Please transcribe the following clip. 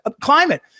climate